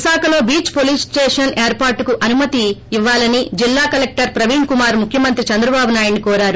విశాఖలో beach police station ఏర్పాటుకు అనుమతిని ఇవ్వాలని జిల్లా కలెక్టర్ ప్రవీణ్ కుమార్ ముఖ్యమంత్రి దంద్రబాబు నాయుడును కోరారు